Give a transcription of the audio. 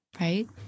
right